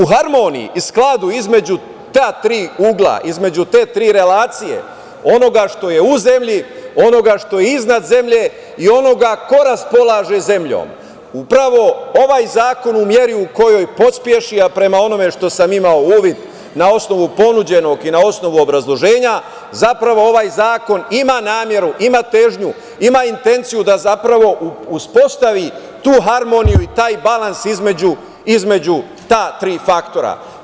U harmoniji i skladu između ta tri ugla, između te tri relacije, onoga što je u zemlji, onoga što je iznad zemlje i onoga ko raspolaže zemlje upravo ovaj zakon u meri u kojoj pospeši, a prema onome što sam imao uvid na osnovu ponuđenog i na osnovu obrazloženja, zapravo ovaj zakon ima nameru, ima težnju, ima intenciju da zapravo uspostavi tu harmoniju i taj balans između ta tri faktora.